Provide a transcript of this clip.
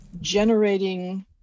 generating